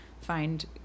find